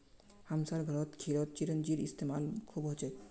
हमसार घरत खीरत चिरौंजीर इस्तेमाल खूब हछेक